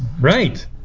Right